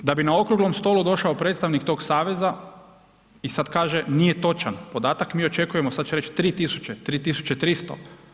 Da bi na okruglom stolu došao predstavnik tog saveza i sad kaže, nije točan podatak, mi očekujemo, sad će reći 3 000, 3 300.